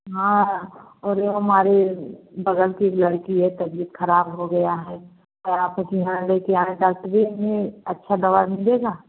हाँ और वह हमारे बग़ल की एक लड़की है तबीयत ख़राब हो गई है और आपके यहाँ लेकर आएँ डाक्टर ही अच्छी दवा मिलेगी